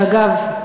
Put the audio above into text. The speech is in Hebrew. אגב,